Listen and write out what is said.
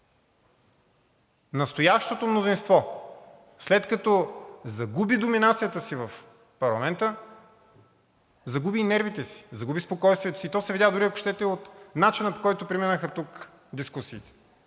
настоящото мнозинство, след като загуби доминацията си в парламента, загуби и нервите си, загуби спокойствието си. То се видя дори, ако щете, от начина, по който преминаха тук дискусиите.